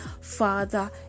Father